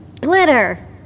glitter